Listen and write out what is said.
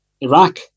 Iraq